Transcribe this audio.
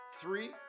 Three